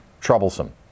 troublesome